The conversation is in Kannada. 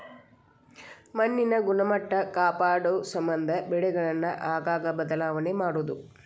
ಮಣ್ಣಿನ ಗುಣಮಟ್ಟಾ ಕಾಪಾಡುಸಮಂದ ಬೆಳೆಗಳನ್ನ ಆಗಾಗ ಬದಲಾವಣೆ ಮಾಡುದು